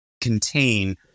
contain